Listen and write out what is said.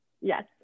Yes